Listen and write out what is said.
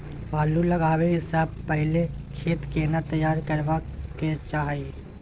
आलू लगाबै स पहिले खेत केना तैयार करबा के चाहय?